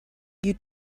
you